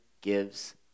gives